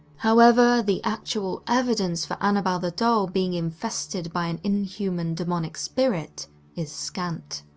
however, the actual evidence for annabelle the doll being infested by an inhuman demonic spirit is scant.